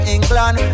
England